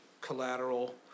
collateral